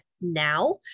now